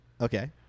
Okay